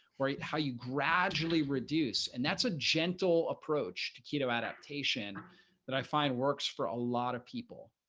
right, how you gradually reduce and that's a gentle approach to keto adaptation that i find works for a lot of people.